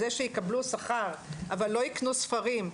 זה שיקבלו שכר אבל לא יקנו ספרים,